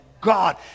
God